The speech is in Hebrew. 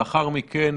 לאחר מכן,